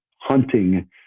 hunting